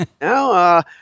No